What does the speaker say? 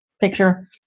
picture